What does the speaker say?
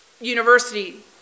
university